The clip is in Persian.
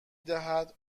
دهد